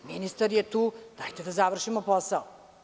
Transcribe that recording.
Ministar je tu, dajte da završimo posao.